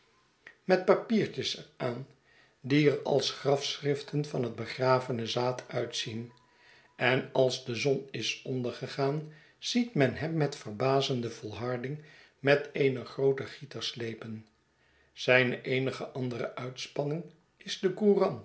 met papiertjes er aan die er als grafschriften van het begravene zaad uitzien en als de zon is ondergegaan ziet men hem met verbazende volharding met een grooten gieter slepen zijne eenige andere uitspanning is de